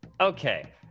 Okay